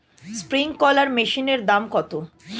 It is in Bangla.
স্প্রিংকলার মেশিনের দাম কত?